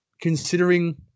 considering